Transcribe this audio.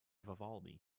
vivaldi